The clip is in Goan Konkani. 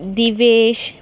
दिवेश